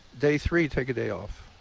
day three, take a day off.